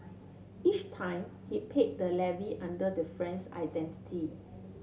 each time he paid the levy under the friend's identity